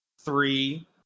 three